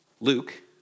Luke